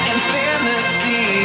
Infinity